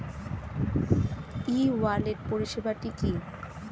ই wallet পরিষেবাটি কি?